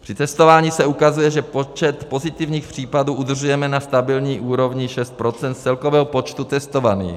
Při testování se ukazuje, že počet pozitivních případů udržujeme na stabilní úrovni 6 % z celkového počtu testovaných.